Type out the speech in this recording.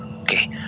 okay